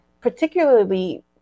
particularly